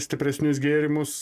stipresnius gėrimus